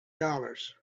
dollars